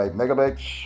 megabytes